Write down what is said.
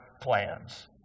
plans